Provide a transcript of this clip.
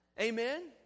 Amen